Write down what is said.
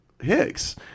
Hicks